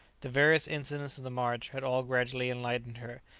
the various incidents of the march had all gradually enlightened her,